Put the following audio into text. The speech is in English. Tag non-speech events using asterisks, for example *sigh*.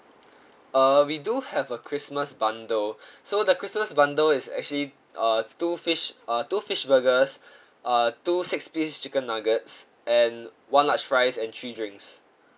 uh we do have a christmas bundle *breath* so the christmas bundle is actually uh two fish uh two fish burgers uh two six piece chicken nuggets and one large fries and three drinks